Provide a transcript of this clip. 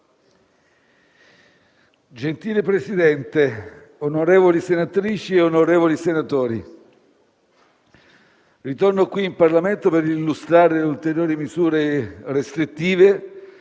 Signor Presidente, onorevoli senatrici, onorevoli senatori, torno qui, in Parlamento, per illustrare le ulteriori misure restrittive,